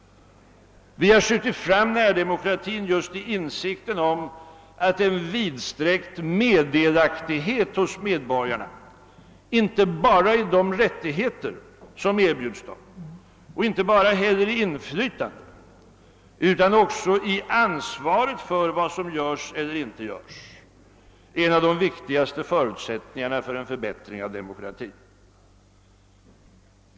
Vi har skjutit fram närdemokratin just i insikten om att en vidsträckt meddelaktighet hos medborgarna inte bara i de rättigheter som erbjuds dem och inte heller bara inflytande, utan också i ansvaret för vad som görs eller inte görs är en av de viktigaste förutsättningarna för en förbättring av demokratin.